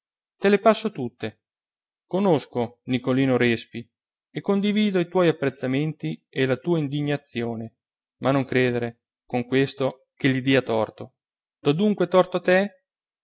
te le passo tutte conosco nicolino respi e condivido i tuoi apprezzamenti e la tua indignazione ma non credere con questo che gli dia torto do dunque torto a te